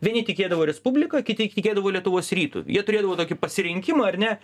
vieni tikėdavo respublika kiti tikėdavo lietuvos rytu jie turėdavo tokį pasirinkimą ar ne